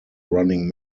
running